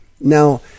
Now